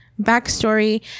Backstory